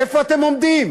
איפה אתם עומדים?